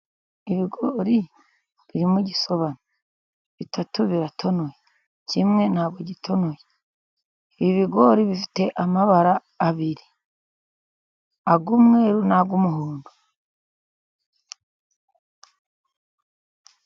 Ibigori biri mu gisobane. Bitatu biratonoye, kimwe nta bwo gitonoye. Ibi bigori bifite amabara abiri, ay'umweru n'ay'umuhondo.